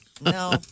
No